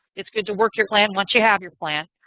it's good to work your plan once you have your plan.